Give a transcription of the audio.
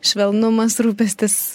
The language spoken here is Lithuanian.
švelnumas rūpestis